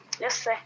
Yes